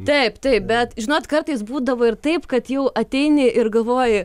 taip taip bet žinot kartais būdavo ir taip kad jau ateini ir galvoji